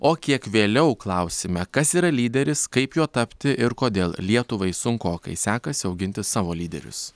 o kiek vėliau klausime kas yra lyderis kaip juo tapti ir kodėl lietuvai sunkokai sekasi auginti savo lyderius